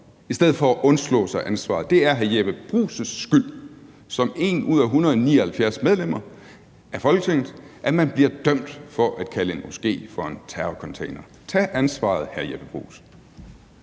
i stedet for at undslå sig ansvaret. Det er hr. Jeppe Bruus' skyld som 1 ud af 179 medlemmer af Folketinget, at man bliver dømt for at kalde en moské for en terrorcontainer. Tag ansvaret, hr. Jeppe Bruus.